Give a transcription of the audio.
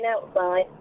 outside